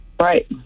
Right